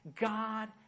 God